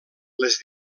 les